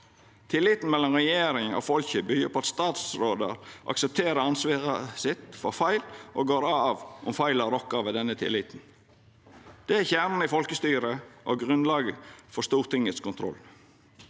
Tilliten mellom regjeringa og folket byggjer på at statsrådar aksepterer ansvaret sitt for feil, og går av om feila rokkar ved denne tilliten. Det er kjernen i folkestyret og grunnlaget for Stortingets kontroll.